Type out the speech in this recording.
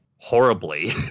horribly